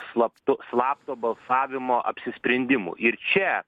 slaptu slapto balsavimo apsisprendimų ir čia